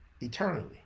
eternally